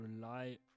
rely